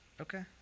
Okay